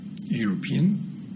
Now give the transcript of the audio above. European